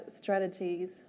strategies